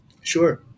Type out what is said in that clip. Sure